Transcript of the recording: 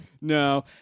No